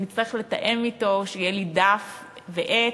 אצטרך לתאם אתו שיהיו לי דף ועט,